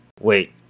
wait